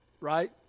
Right